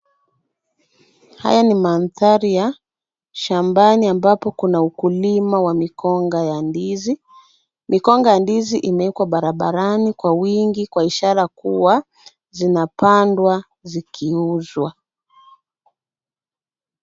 Haya ni mandhari ya shambani ambapo kuna ukulima wa mikonga ya ndizi . Mikonga ya ndizi imeekwa Barbarani kwa wingi kwa ishara kuwa zinapandwa zikiuzwa.